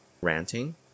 ranting